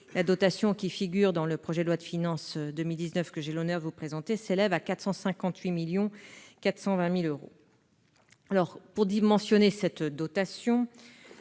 La dotation qui figure dans le projet de loi de finances pour 2019 que j'ai l'honneur de vous présenter s'élève à 458 420 000 euros. Pour dimensionner cette dotation,